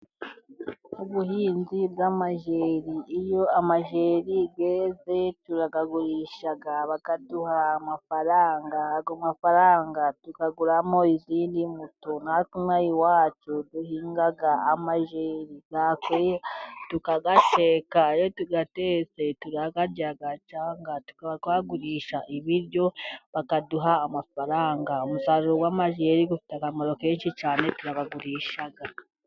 Ubuhinzi bw'amajeri iyo amajeri yeze turayagurisha bakaduha amafaranga, ayo mafaranga tukaguramo izindi mbuto. Natwe ino aha iwacu duhinga amajeri yakwera tukayateka, iyo tuyatetse turayarya cyangwa tukaba twagurisha ibiryo bakaduha amafaranga. Umusaruro w'amajeri ufite akamaro kenshi cyane turayagurisha.